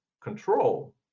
control